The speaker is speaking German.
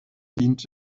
dient